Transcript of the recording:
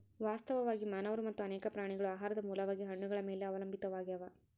ವಾಸ್ತವವಾಗಿ ಮಾನವರು ಮತ್ತು ಅನೇಕ ಪ್ರಾಣಿಗಳು ಆಹಾರದ ಮೂಲವಾಗಿ ಹಣ್ಣುಗಳ ಮೇಲೆ ಅವಲಂಬಿತಾವಾಗ್ಯಾವ